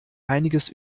einiges